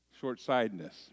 short-sightedness